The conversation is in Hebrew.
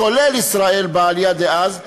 כולל ישראל בעלייה דאז,